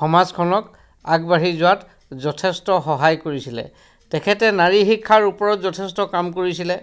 সমাজখনক আগবাঢ়ি যোৱাত যথেষ্ট সহায় কৰিছিলে তেখেতে নাৰী শিক্ষাৰ ওপৰত যথেষ্ট কাম কৰিছিলে